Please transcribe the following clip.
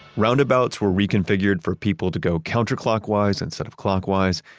roundabouts were reconfigured for people to go counterclockwise instead of clockwise,